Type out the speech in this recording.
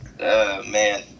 Man